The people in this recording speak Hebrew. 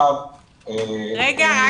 את